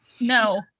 no